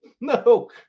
No